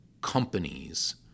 companies